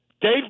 Dave